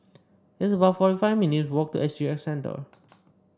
it's about forty five minutes' walk to S G X Centre